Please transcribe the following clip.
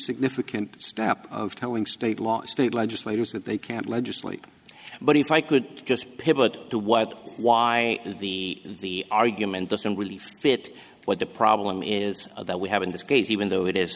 significant step of telling state law state legislators that they can't legislate but if i could just pivot to what why the argument doesn't really fit what the problem is that we have in this case even though it is